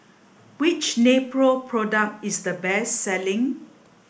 which Nepro product is the best selling